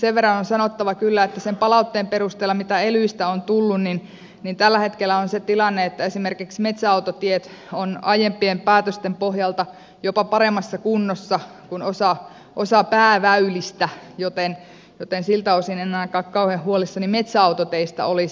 sen verran on sanottava kyllä että sen palautteen perusteella mitä elyistä on tullut tällä hetkellä on se tilanne että esimerkiksi metsäautotiet ovat aiempien päätösten pohjalta jopa paremmassa kunnossa kuin osa pääväylistä joten siltä osin en ainakaan kauhean huolissani metsäautoteistä olisi